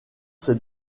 s’est